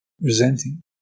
resenting